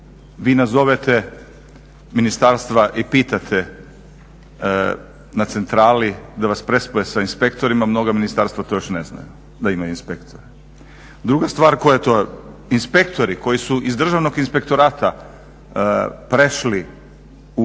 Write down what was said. vi nazovete ministarstva i pitate na centrali da vas prespoje sa inspektorima mnoga ministarstva to još ne znaju da imaju inspektore. Druga stvar koja to je, inspektori koji su iz Državnog inspektorata prešli u